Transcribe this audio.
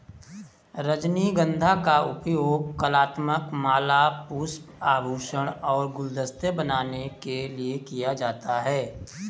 रजनीगंधा का उपयोग कलात्मक माला, पुष्प, आभूषण और गुलदस्ते बनाने के लिए किया जाता है